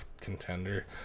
contender